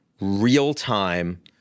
real-time